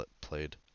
played